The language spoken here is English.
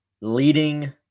leading